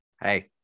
Hey